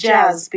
Jazz